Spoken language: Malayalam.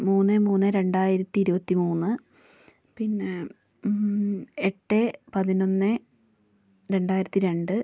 മൂന്ന് മൂന്ന് രണ്ടായിരത്തി ഇരുപത്തി മൂന്ന് പിന്നെ എട്ട് പതിനൊന്ന് രണ്ടായിരത്തി രണ്ട്